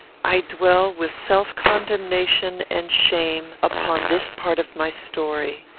i dwell, with self-condemnation and shame, upon this part of my story.